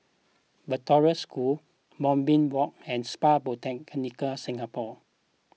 Victoria School Moonbeam Walk and Spa Botanica Singapore